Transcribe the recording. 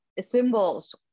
symbols